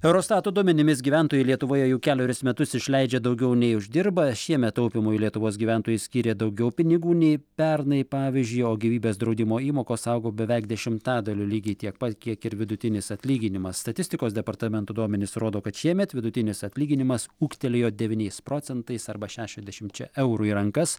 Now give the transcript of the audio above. eurostato duomenimis gyventojai lietuvoje jau kelerius metus išleidžia daugiau nei uždirba šiemet taupymui lietuvos gyventojai skyrė daugiau pinigų nei pernai pavyzdžiui o gyvybės draudimo įmokos augo beveik dešimtadaliu lygiai tiek pat kiek ir vidutinis atlyginimas statistikos departamento duomenys rodo kad šiemet vidutinis atlyginimas ūgtelėjo devyniais procentais arba šešiasdešimčia eurų į rankas